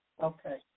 Okay